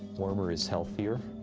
warmer is healthier,